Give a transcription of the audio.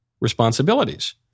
responsibilities